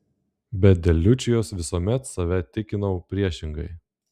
bet dėl liučijos visuomet save tikinau priešingai